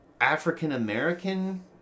African-American